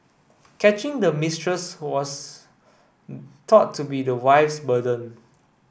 catching the mistress was thought to be the wife's burden